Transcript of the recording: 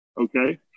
okay